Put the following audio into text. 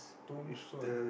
tombstone uh